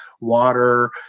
water